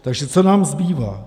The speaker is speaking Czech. Takže co nám zbývá?